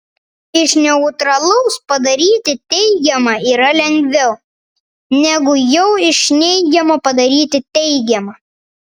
iš neutralaus padaryti teigiamą yra lengviau negu jau iš neigiamo padaryti teigiamą